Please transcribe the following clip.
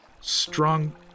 strong